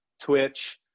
Twitch